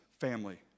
family